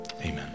Amen